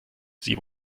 sie